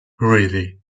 really